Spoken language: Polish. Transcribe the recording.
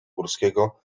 górskiego